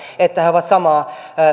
että he ovat samaa